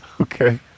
Okay